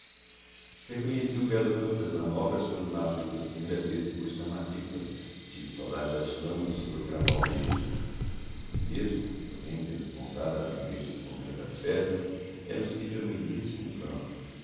reconheci o belo campo das manobras quando lá fui pela primeira vez depois da matricula tive saudade das flâmulas sobre o gramal verde mesmo porém desmontada a alegria de encomenda das festas era um sitio ameníssimo o campo